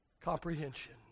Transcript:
comprehension